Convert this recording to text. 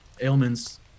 ailments